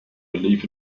believe